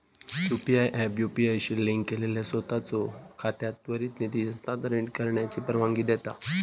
UPI app UPI शी link केलेल्या सोताचो खात्यात त्वरित निधी हस्तांतरित करण्याची परवानगी देता